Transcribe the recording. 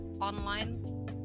online